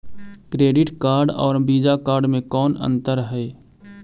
Credit card और Visa card मे कौन अन्तर है?